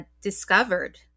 discovered